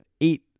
eight